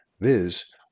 viz